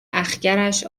اَخگرش